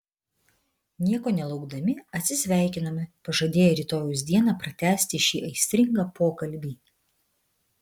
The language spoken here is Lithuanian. nieko nelaukdami atsisveikinome pažadėję rytojaus dieną pratęsti šį aistringą pokalbį